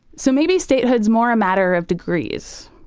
so maybe statehood's more a matter of degrees.